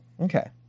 Okay